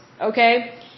Okay